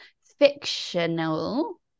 Fictional